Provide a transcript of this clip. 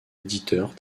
éditeur